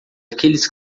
aqueles